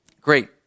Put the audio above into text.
Great